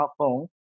smartphone